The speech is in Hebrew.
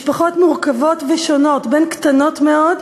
משפחות מורכבות ושונות, בין קטנות מאוד,